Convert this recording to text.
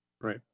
right